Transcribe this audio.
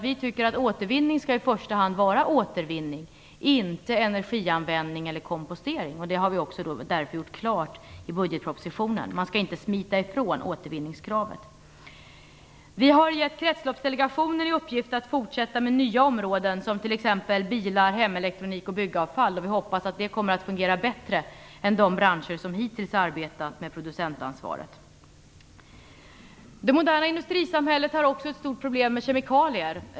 Vi tycker att återvinning i första hand skall vara just återvinning och inte eneriganvändning eller kompostering. Det har vi också gjort klart i budgetpropositionen. Man skall inte smita ifrån återvinningskravet. Vi har gett Kretsloppsdelegationen i uppgift att fortsätta med nya områden, som t.ex. bilar, hemelektronik och byggavfall. Vi hoppas att det kommer att fungera bättre än de branscher som hittills har arbetat med producentansvaret. Det moderna industrisamhället har också ett stort problem med kemikalier.